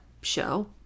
show